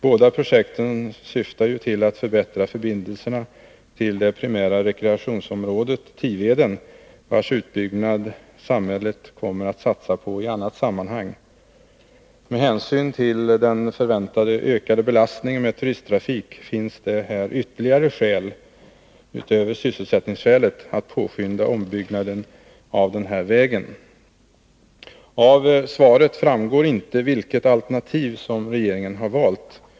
Båda projekten syftar ju till att förbättra förbindelserna till det primära rekreationsområdet Tiveden, vars utbyggnad samhället kommer att satsa på i annat sammanhang. Med hänsyn till den förväntade ökade belastningen genom turisttrafiken finns det ytterligare skäl, utöver sysselsättningsskälet, att påskynda ombyggnaden av den aktuella vägen. Av svaret framgår inte vilket alternativ regeringen har valt.